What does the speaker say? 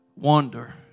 wonder